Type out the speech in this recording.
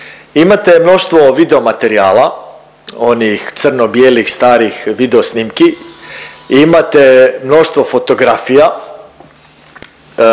Imate mnoštvo video materijala onih crno-bijelih starih videosnimki, imate mnoštvo fotografija,